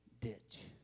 ditch